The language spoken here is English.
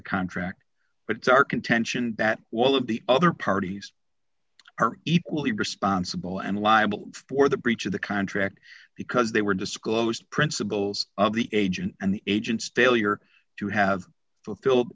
the contract but it's our contention that will of the other parties are equally responsible and liable for the breach of the contract because they were disclosed principles of the agent and the agents daily are to have fulfilled